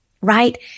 right